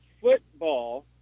football